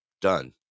Done